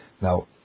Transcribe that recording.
Now